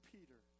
Peter